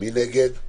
מי נגד?